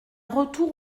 retour